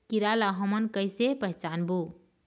कीरा ला हमन कइसे पहचानबो?